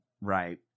Right